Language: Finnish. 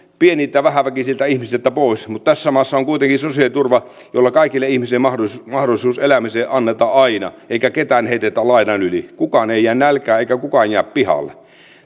pieniltä vähäväkisiltä ihmisiltä pois mutta tässä maassa on kuitenkin sosiaaliturva jolla kaikille ihmisille mahdollisuus mahdollisuus elämiseen annetaan aina eikä ketään heitetä laidan yli kukaan ei jää nälkään eikä kukaan jää pihalle